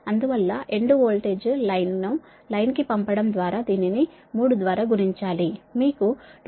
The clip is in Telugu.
అందువల్ల ఎండ్ వోల్టేజ్ లైన్ ను లైన్ కి పంపడం ద్వారా దీనిని 3 గుణించాలి మీకు 235